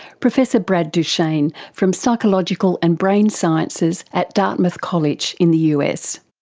professor brad duchaine from psychological and brain sciences at dartmouth college in the us.